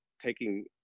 taking